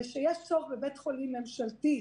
שיש צורך בבית חולים ממשלתי,